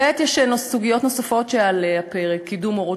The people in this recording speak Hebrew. כעת יש סוגיות נוספות על הפרק: קידום הורות